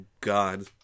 god